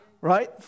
Right